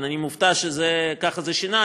אני מופתע שככה זה שינה,